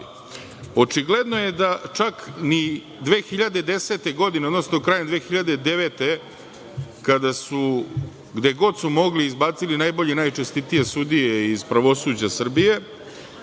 bavi? Očigledno je da čak ni 2010. godine, odnosno krajem 2009. godine kada su, gde god su mogli izbacili najbolje i najčestitije sudije iz pravosuđa Srbije,